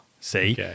See